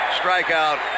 strikeout